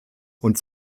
und